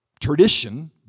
tradition